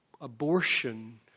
abortion